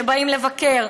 שבאים לבקר,